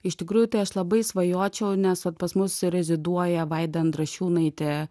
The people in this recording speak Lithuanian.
iš tikrųjų tai aš labai svajočiau nes vat pas mus reziduoja vaida andrašiūnaitė